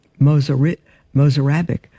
Mozarabic